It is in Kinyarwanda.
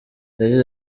yagize